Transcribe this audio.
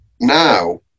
now